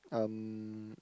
um